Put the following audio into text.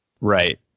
Right